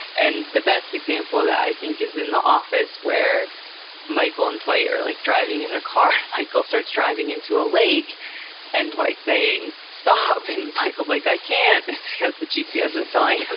and the best example of that, i think, is in the office where michael and dwight are like driving in their car. michael starts driving into a lake and dwight's saying, stop. and michael's like, i can't because the gps is telling